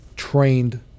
Trained